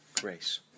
grace